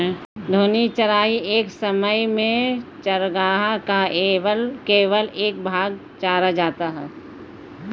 घूर्णी चराई एक समय में चरागाह का केवल एक भाग चरा जाता है